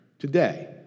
Today